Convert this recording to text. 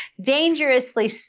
dangerously